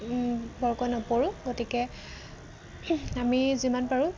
বৰকৈ নপৰোঁ গতিকে আমি যিমান পাৰোঁ